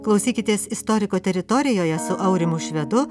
klausykitės istoriko teritorijoje su aurimu švedu